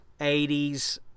80s